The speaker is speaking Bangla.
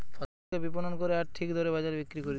ফসলকে বিপণন করে আর ঠিক দরে বাজারে বিক্রি করতিছে